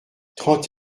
trente